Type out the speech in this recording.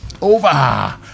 Over